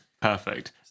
perfect